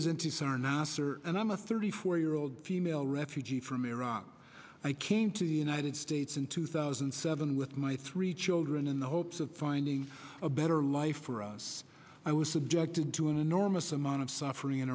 is in two sir nasser and i'm a thirty four year old female refugee from iraq i came to united states in two thousand and seven with my three children in the hopes of finding a better life for us i was subjected to an enormous amount of suffering in